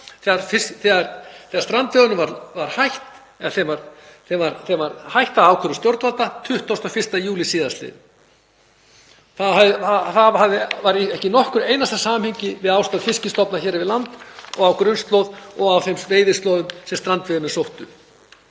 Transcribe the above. þegar strandveiðunum var hætt að ákvörðun stjórnvalda 21. júlí sl. Það var ekki í nokkru einasta samhengi við ástand fiskstofna hér við land og á grunnslóð og á þeim veiðislóðum sem strandveiðimenn sóttu.